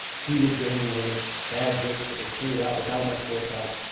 heated gaming moments, bad jokes that were carried out without much forethought,